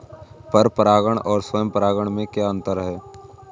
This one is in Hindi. पर परागण और स्वयं परागण में क्या अंतर है?